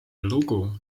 lugu